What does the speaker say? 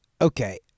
Okay